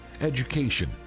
education